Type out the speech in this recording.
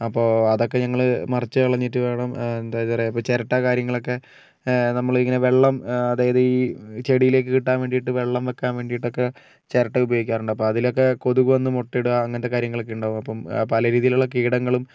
അപ്പോൾ അതൊക്കേ ഞങ്ങൾ മറിച്ചു കളഞ്ഞിട്ട് വേണം എന്താ പറയുക ഇപ്പം ചിരട്ട കാര്യങ്ങളൊക്കേ നമ്മളിങ്ങനെ വെള്ളം അതായത് ഈ ചെടിയിലേക്ക് കിട്ടാൻ വേണ്ടിയിട്ട് വെള്ളം വെയ്ക്കാൻ വേണ്ടിയിട്ട് ഒക്കേ ചിരട്ട ഉപയോഗിക്കാറുണ്ട് അപ്പോൾ അതിലൊക്കേ കൊതുക് വന്ന് മുട്ടയിടുക അങ്ങനത്തെ കാര്യങ്ങളൊക്കേ ഉണ്ടാകും അപ്പം പല രീതിയിലുള്ള കീടങ്ങളും